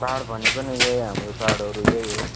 चाड भनेको नै यही हाम्रो चाडहरू यही हो